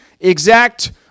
exact